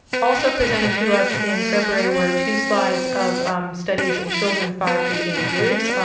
also presented to us in february were two slides of studies in children five through eight years.